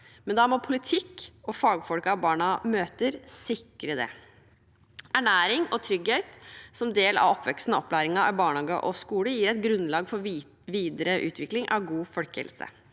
men da må politikken og fagfolkene barna møter, sikre det. Ernæring og trygghet som en del av oppveksten og opplæringen i barnehage og skole gir et grunnlag for videre utvikling av god folkehelse.